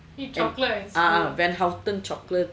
ah ah van houten chocolate